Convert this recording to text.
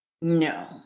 No